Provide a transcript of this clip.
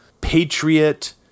patriot